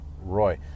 Roy